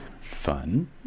Fun